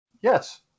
Yes